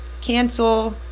cancel